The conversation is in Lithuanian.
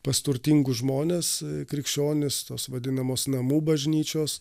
pas turtingus žmones krikščionys tos vadinamos namų bažnyčios